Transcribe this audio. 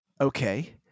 okay